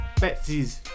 Betsy's